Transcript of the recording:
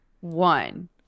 one